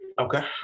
Okay